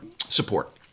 support